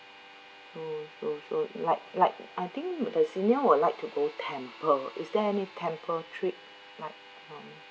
true true like like I think the senior would like to go temple is there any temple trip like mm